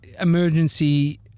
emergency